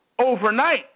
Overnight